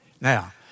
Now